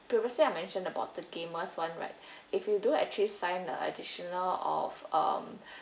previously I mentioned about the gamer's [one] right if you do actually sign the additional of um